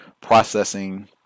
processing